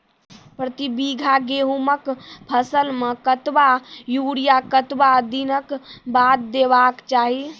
प्रति बीघा गेहूँमक फसल मे कतबा यूरिया कतवा दिनऽक बाद देवाक चाही?